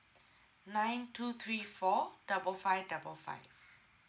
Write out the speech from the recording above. nine two three four double five double five